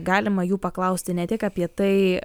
galima jų paklausti ne tik apie tai